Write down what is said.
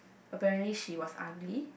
apparently she was ugly